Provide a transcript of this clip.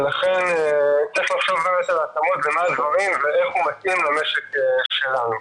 ולכן צריך לחשוב על התאמות --- ואיך הוא מתאים למשק שלנו.